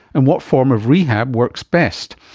and what form of rehab works best?